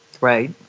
Right